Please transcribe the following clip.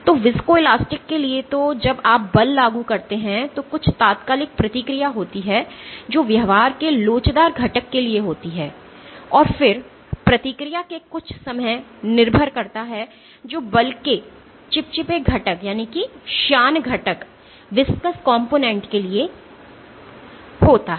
तो viscoelastic के लिए तो जब आप बल लागू करते हैं तो कुछ तात्कालिक प्रतिक्रिया होती है जो व्यवहार के लोचदार घटक के लिए होती है और फिर प्रतिक्रिया के कुछ समय निर्भर करता है जो बल के श्यान घटक के लिए खाता है